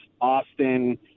Austin